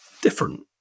different